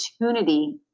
opportunity